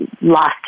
lost